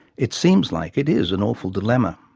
it seems like it is an awful dilemma.